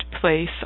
place